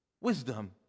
Wisdom